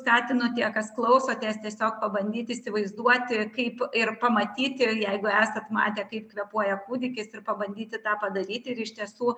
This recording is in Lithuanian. skatinu tie kas klausotės tiesiog pabandyt įsivaizduoti kaip ir pamatyti jeigu esat matę kaip kvėpuoja kūdikis ir pabandyti tą padaryti ir iš tiesų